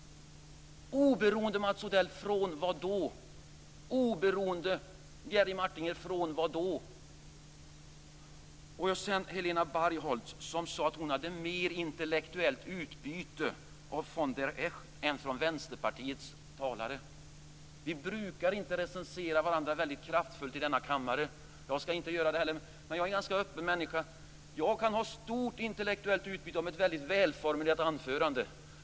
Oberoende av vad då, Mats Odell? Oberoende av vad då, Jerry Martinger? Helena Bargholtz sade att hon hade mer intellektuellt utbyte av von der Esch än av Vänsterpartiets talare. Vi brukar inte recensera varandra så väldigt kraftfullt i denna kammare, och inte heller skall jag göra det, men jag är en ganska öppen människa. Jag kan ha stort intellektuellt utbyte av ett mycket välformulerat anförande.